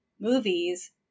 Movies